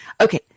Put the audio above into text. Okay